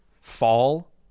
fall